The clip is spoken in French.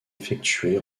effectués